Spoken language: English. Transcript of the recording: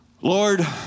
Lord